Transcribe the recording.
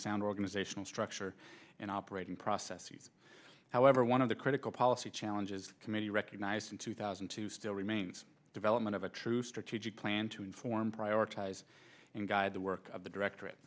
sound organizational structure and operating processes however one of the critical policy challenges committee recognized in two thousand and two still remains development of a true strategic plan to inform prioritize and guide the work of the direct